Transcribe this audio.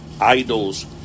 idols